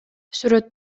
сүрөт